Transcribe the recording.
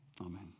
Amen